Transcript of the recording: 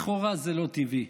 לכאורה זה לא טבעי.